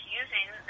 using